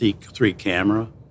three-camera